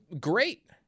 great